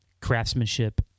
craftsmanship